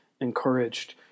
encouraged